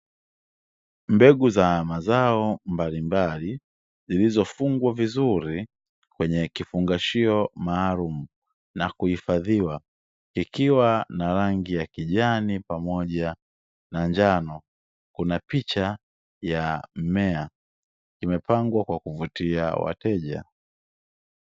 Mbegu za mazao mbalimbali zilizofungwa vizuri kwenye kifungashio maalumu na kuhifadhiwa, kikiwa na rangi ya kijani pamoja na njano, kuna picha ya mmea imepangwa kwa kuvutia wateja.